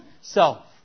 self